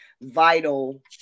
vital